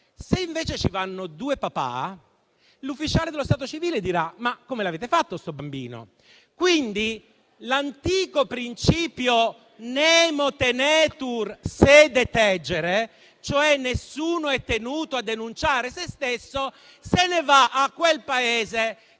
Se invece ci vanno due papà, l'ufficiale dello stato civile dirà: «Ma come avete fatto questo bambino?». Quindi l'antico principio *nemo tenetur se detegere*, cioè nessuno è tenuto a denunciare se stesso, se ne va a quel paese,